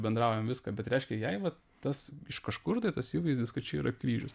bendraujam viską bet reiškia jei vat tas iš kažkur tai tas įvaizdis kad čia yra kryžius